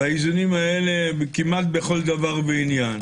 האיזונים האלה הם כמעט בכל דבר ועניין.